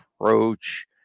approach